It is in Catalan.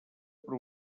per